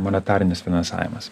monetarinis finansavimas